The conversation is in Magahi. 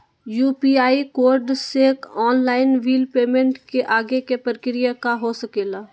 यू.पी.आई कोड से ऑनलाइन बिल पेमेंट के आगे के प्रक्रिया का हो सके ला?